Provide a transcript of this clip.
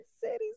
cities